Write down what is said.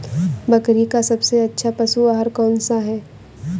बकरी का सबसे अच्छा पशु आहार कौन सा है?